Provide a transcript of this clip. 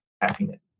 happiness